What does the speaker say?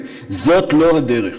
זאת לא הדרך.